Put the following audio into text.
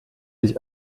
ich